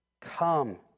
come